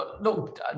Look